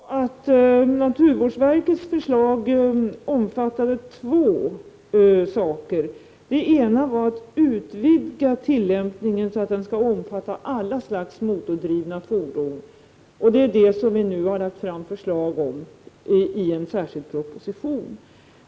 Herr talman! Naturvårdsverkets förslag omfattade två saker. Den ena var att utvidga tillämpningen så att den omfattar alla slags motordrivna fordon — det är det som vi nu lagt fram förslag om i en särskild proposition.